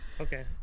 okay